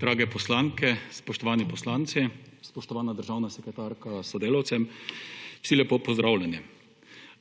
drage poslanke, spoštovani poslanci, spoštovana državna sekretarka s sodelavcem, vsi lepo pozdravljeni.